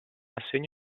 assegno